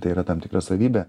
tai yra tam tikra savybė